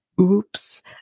Oops